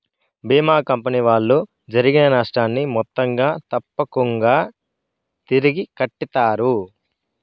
భీమా company వాళ్ళు జరిగిన నష్టాన్ని మొత్తంగా తప్పకుంగా తిరిగి కట్టిత్తారు